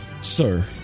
sir